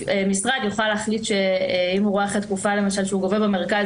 או משרד יוכל להחליט שאם הוא רואה אחרי תקופה למשל שהוא גובה במרכז